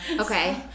okay